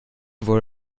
wurde